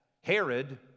Herod